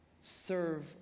Serve